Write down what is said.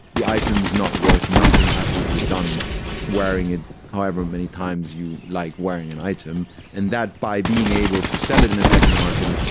the items not worth nothing after you're done wearing it, however many times you like wearing an item and that by being able to sell it in a second bargain.